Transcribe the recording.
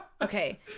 Okay